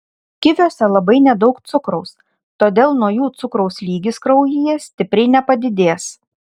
kiviuose labai nedaug cukraus todėl nuo jų cukraus lygis kraujyje stipriai nepadidės